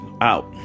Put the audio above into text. out